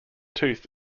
tooth